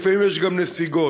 ולפעמים יש גם נסיגות.